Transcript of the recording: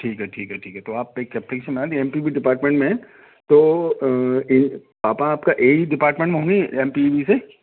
ठीक है ठीक है ठीक है तो आप मैं भी एम टी वी डिपार्टमेंट में तो ए पापा आपके यही ही डिपार्टमेंट में होंगे एम टी वी से